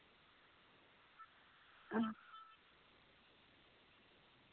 हां